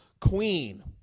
queen